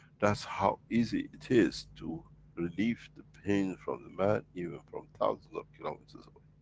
that's how easy it is to relieve the pain from the man, even from thousands of kilometers away.